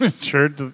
Sure